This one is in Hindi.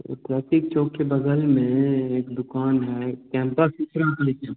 वह ट्राफिक चौक के बग़ल में एक दुकान है कैंपस है क्या